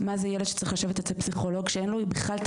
מה זה ילד שצריך לשבת אצל פסיכולוג שאין לו בכלל את